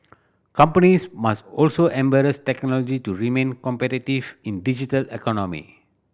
companies must also embrace technology to remain competitive in digital economy